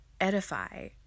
edify